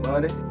Money